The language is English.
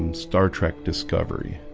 and star trek discovery